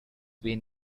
been